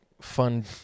fun